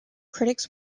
critics